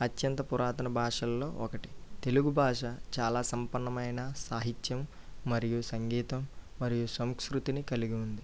అత్యంత పురాతన భాషల్లో ఒకటి తెలుగు భాష చాలా సంపన్నమైన సాహిత్యం మరియు సంగీతం మరియు సంస్కృతిని కలిగి ఉంది